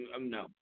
no